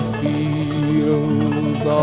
fields